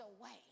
away